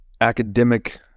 academic